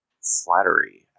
flattery